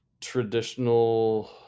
traditional